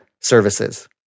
services